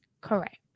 Correct